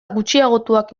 gutxiagotuak